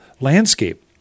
landscape